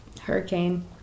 Hurricane